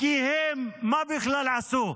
כי מה בכלל הם עשו?